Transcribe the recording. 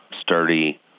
sturdy